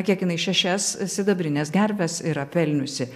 kiek jinai šešias sidabrines gerves yra pelniusi